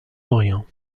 orient